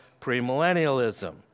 premillennialism